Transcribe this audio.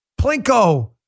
plinko